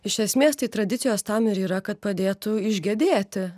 iš esmės tai tradicijos tam ir yra kad padėtų išgedėti